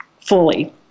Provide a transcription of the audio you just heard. fully